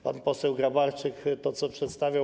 Pan poseł Grabarczyk to przedstawiał.